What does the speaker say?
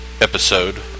Episode